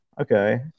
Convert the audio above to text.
Okay